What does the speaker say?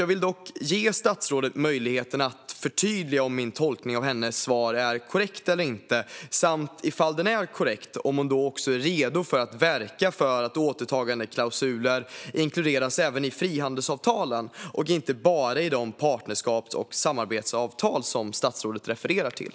Jag vill dock ge statsrådet möjligheten att förtydliga om min tolkning av hennes svar är korrekt eller inte. Om den är korrekt vill jag veta om hon då är redo att verka för att återtagandeklausuler inkluderas även i frihandelsavtalen och inte bara i de partnerskaps och samarbetsavtal som statsrådet refererar till.